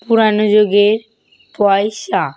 পুরনো যুগের পয়সা